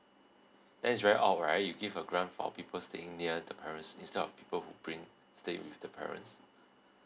then it's very odd right you give a grant for people staying near the parents instead of people who bring stay with the parents